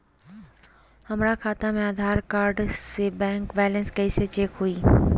हमरा खाता में आधार कार्ड से बैंक बैलेंस चेक कैसे हुई?